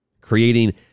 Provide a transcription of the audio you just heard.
Creating